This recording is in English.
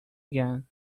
again